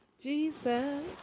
Jesus